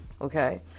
okay